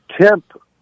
temp